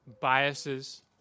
biases